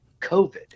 COVID